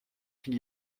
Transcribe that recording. qu’il